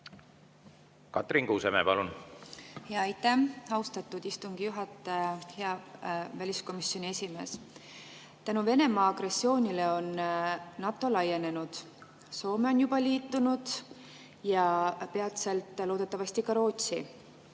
Katrin Kuusemäe, palun! Aitäh, austatud istungi juhataja! Hea väliskomisjoni esimees! Tänu Venemaa agressioonile on NATO laienenud. Soome on juba liitunud ja peatselt loodetavasti ka Rootsi.